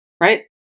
Right